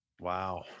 Wow